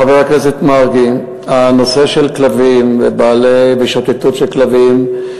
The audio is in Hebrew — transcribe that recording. חבר הכנסת מרגי, הנושא של כלבים ושוטטות של כלבים,